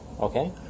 Okay